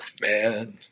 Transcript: man